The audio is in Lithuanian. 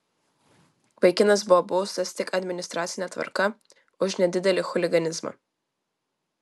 vaikinas buvo baustas tik administracine tvarka už nedidelį chuliganizmą